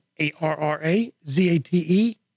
A-R-R-A-Z-A-T-E